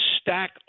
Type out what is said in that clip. stack